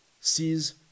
sees